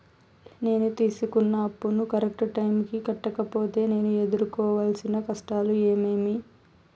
నేను తీసుకున్న అప్పును కరెక్టు టైముకి కట్టకపోతే నేను ఎదురుకోవాల్సిన కష్టాలు ఏమీమి?